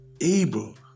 able